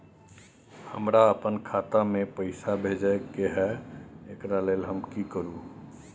हमरा अपन खाता में पैसा भेजय के है, एकरा लेल हम की करू?